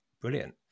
brilliant